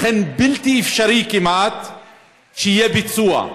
לכן כמעט בלתי אפשרי שיהיה ביצוע.